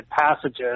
passages